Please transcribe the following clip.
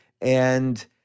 and-